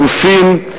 גופים.